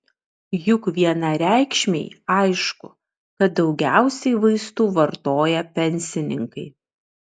juk vienareikšmiai aišku kad daugiausiai vaistų vartoja pensininkai